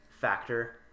factor